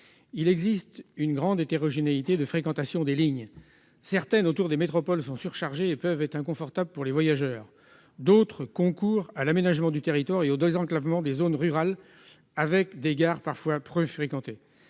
Il existe une grande hétérogénéité dans la fréquentation des lignes. Certaines, autour des métropoles, sont surchargées et peuvent être inconfortables pour les voyageurs. D'autres concourent à l'aménagement du territoire et au désenclavement de zones rurales, avec des gares parfois peu fréquentées.